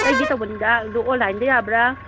ꯂꯩꯒꯦ ꯇꯧꯕꯅꯤꯗ ꯑꯩꯗꯣ ꯑꯣꯟꯂꯥꯏꯟꯗ ꯌꯥꯕ꯭ꯔꯥ